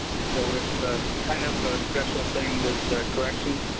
so, it's ah kind of a special things with corrections.